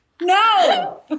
No